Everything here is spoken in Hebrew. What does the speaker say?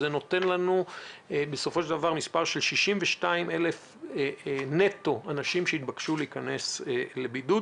זה נותן מספר של 62,000 אנשים נטו שהתבקשו להיכנס לבידוד.